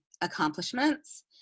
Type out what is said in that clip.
accomplishments